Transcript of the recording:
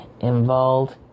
involved